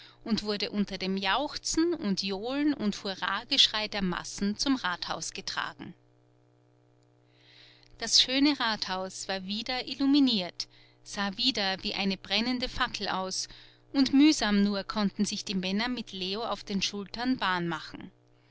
und wurde unter dem jauchzen und johlen und hurra geschrei der massen zum rathaus getragen das schöne rathaus war wieder illuminiert sah wieder wie eine brennende fackel aus und mühsam nur konnten sich die männer mit leo auf den schultern bahn machen